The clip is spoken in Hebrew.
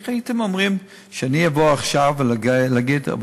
מה הייתם אומרים אם הייתי אומר עכשיו: רבותי,